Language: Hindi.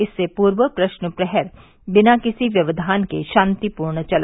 इससे पूर्व प्रश्न प्रहर बिना किसी व्यवधान के शांतिपूर्ण चला